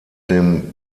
dem